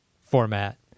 format